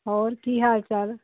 ਔਰ ਕੀ ਹਾਲ ਚਾਲ